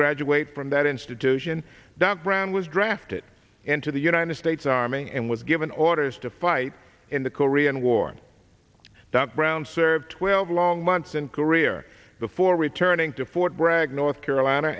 graduate from that institution doc brown was drafted into the united states army and was given orders to fight in the korean war doc brown served twelve long months and career before returning to fort bragg north carolina